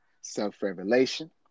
self-revelation